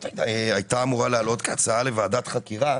הייתה אמורה לעלות כהצעה לוועדת חקירה,